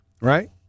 right